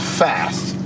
fast